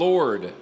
Lord